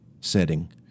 setting